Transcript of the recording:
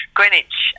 Greenwich